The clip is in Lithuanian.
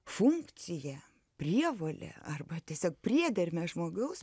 funkciją prievolę arba tiesiog priedermę žmogaus